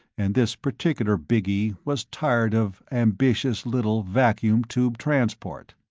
and this particular biggy was tired of ambitious little vacuum tube transport.